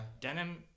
denim